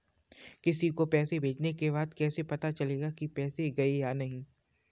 किसी को पैसे भेजने के बाद कैसे पता चलेगा कि पैसे गए या नहीं?